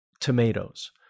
tomatoes